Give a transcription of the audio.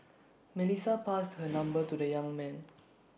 Melissa passed her number to the young man